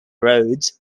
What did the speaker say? roads